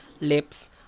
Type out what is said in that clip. lips